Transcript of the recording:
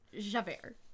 javert